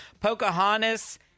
Pocahontas